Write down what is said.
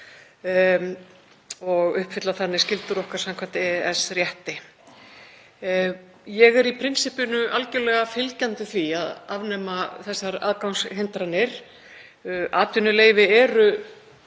og uppfylla þannig skyldur okkar samkvæmt EES-rétti. Ég er í prinsippinu algjörlega fylgjandi því að afnema þessar aðgangshindranir. Atvinnuleyfi eru